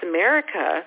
America